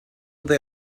they